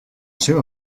seva